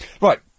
Right